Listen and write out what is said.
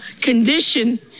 condition